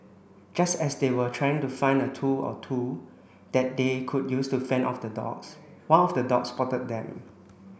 just as they were trying to find a tool or two that they could use to fend off the dogs one of the dogs spotted them